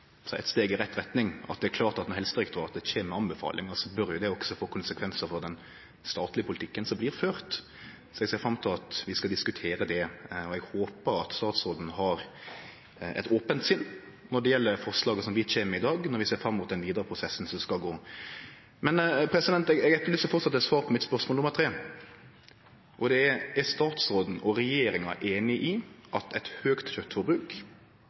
når Helsedirektoratet kjem med anbefalingar, bør det også få konsekvensar for den statlege politikken som blir ført. Så eg ser fram til at vi skal diskutere det, og eg håpar at statsråden har eit ope sinn når det gjeld forslaga som vi kjem med i dag, når vi ser fram mot den vidare prosessen. Men eg etterlyser framleis eit svar på mitt spørsmål nummer tre: Er statsråden og regjeringa einig i at eit høgt